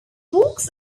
walks